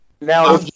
Now